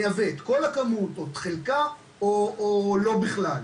מייבא את כל הכמות או את חלקה או לא בכלל,